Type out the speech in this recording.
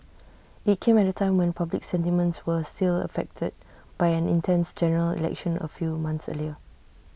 IT came at A time when public sentiments were still affected by an intense General Election A few months earlier